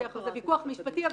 זה ויכוח משפטי,